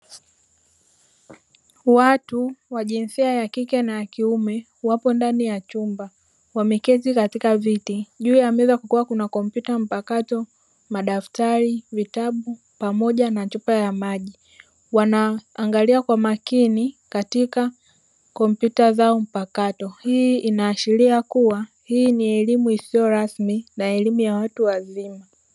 Watu wa jinsia ya kike na ya kiume wapo ndani ya chumba wameketi katika viti, juu ya meza kukiwa kuna: kompyuta mpakato, madaftari, vitabu pamoja na chupa ya maji; wanaangalia kwa makini katika kompyuta zao mpakato. Hii inaashiria kuwa hii ni elimu isiyo rasmi na elimu ya watu wazima.